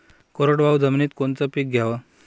कोरडवाहू जमिनीत कोनचं पीक घ्याव?